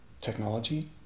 technology